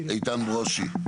איתן ברושי.